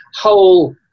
whole